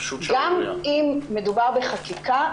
גם אם מדובר בחקיקה,